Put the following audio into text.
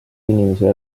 inimese